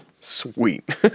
Sweet